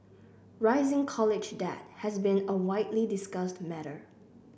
rising college debt has been a widely discussed matter